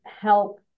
help